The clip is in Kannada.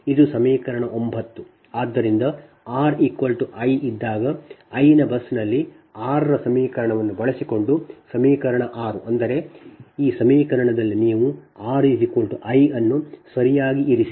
ಇದು ಸಮೀಕರಣ 9 ಆದ್ದರಿಂದ r i ಇದ್ದಾಗ i ನ ಬಸ್ನಲ್ಲಿ 6 ರ ಸಮೀಕರಣವನ್ನು ಬಳಸಿಕೊಂಡು ಸಮೀಕರಣ 6 ಅಂದರೆ ಈ ಸಮೀಕರಣದಲ್ಲಿನ ಈ ಸಮೀಕರಣದಲ್ಲಿ ನೀವು r i ಅನ್ನು ಸರಿಯಾಗಿ ಇರಿಸಿ